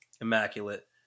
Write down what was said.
immaculate